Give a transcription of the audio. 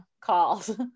calls